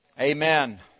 Amen